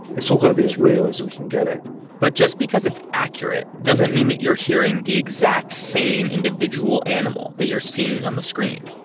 it's all going to be as real as we can get it but just because it's accurate, doesn't mean that you're hearing the exact same individual animal that you're seeing on the screen.